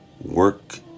work